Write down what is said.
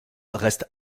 reste